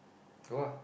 go ah